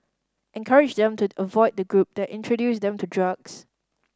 encourage them to avoid the group that introduced them to drugs